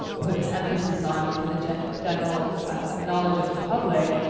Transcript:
put emphasis on for the general general knowledge of the public.